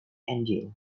engine